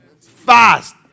Fast